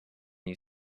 you